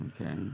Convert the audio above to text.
okay